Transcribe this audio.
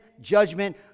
judgment